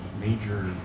major